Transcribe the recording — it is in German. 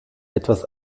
etwas